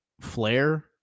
Flair